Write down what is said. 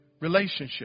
relationship